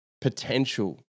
potential